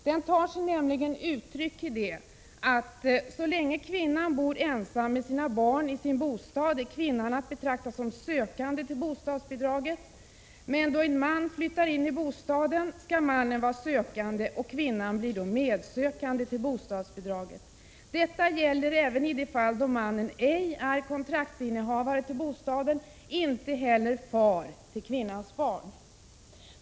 Den tar sig nämligen uttryck på det sättet att så länge kvinnan bor ensam med sina barn i sin bostad är kvinnan att betrakta som sökande till bostadsbidraget, men då en man flyttar in i bostaden skall mannen vara sökande, och kvinnan blir då medsökande till bostadsbidraget. Detta gäller även i de fall då mannen inte är kontraktsinnehavare till bostaden och inte heller far till kvinnans barn.